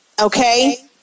okay